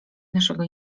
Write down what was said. naszego